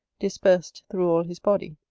dispersed through all his body,